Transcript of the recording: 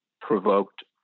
provoked